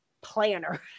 planner